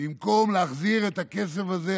במקום להחזיר את הכסף הזה,